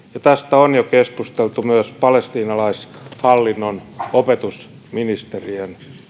tästä on jo keskusteltu myös palestiinalaishallinnon opetusministeriön